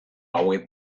hauek